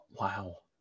Wow